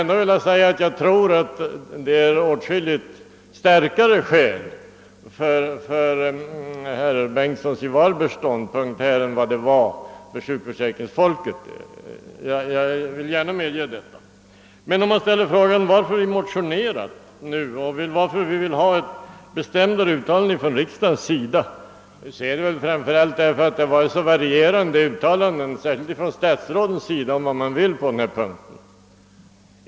Jag vill dock medge att jag tror att herr Bengtsson i Varberg har åtskilligt starkare skäl för sin ståndpunkt än vad sjukförsäkringsfolket hade för sin. Men svaret på frågan varför vi motionerat och varför vi velat ha ett bestämdare uttalande från riksdagen är väl framför allt, att det förekommit så varierande uttalanden, särskilt från statsrådens sida, om vad man vill på denna punkt.